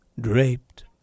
draped